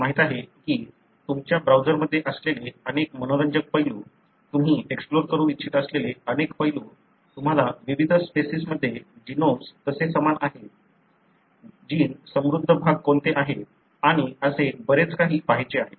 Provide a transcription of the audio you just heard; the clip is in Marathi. तुम्हाला माहीत आहे की तुमच्या ब्राउझरमध्ये असलेले अनेक मनोरंजक पैलू तुम्ही एक्सप्लोर करू इच्छित असलेले अनेक पैलू तुम्हाला विविध स्पेसिसमध्ये जीनोम्स कसे समान आहेत जीन समृद्ध भाग कोणते आहेत आणि असे बरेच काही पहायचे आहे